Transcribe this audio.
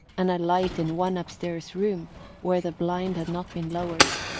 and a light in one upstairs room where the blind had not been lowered.